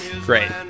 Great